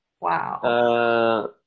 Wow